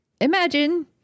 imagine